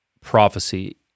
prophecy